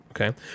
okay